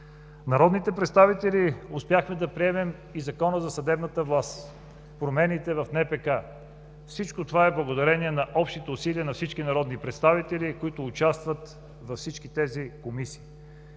Народните представители успяхме да приемем и Закона за съдебната власт, промените в НПК. Всичко това е благодарение на общите усилия на всички народни представители, които участват във всички тези комисии.